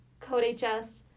CodeHS